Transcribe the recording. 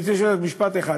גברתי היושבת-ראש, משפט אחד.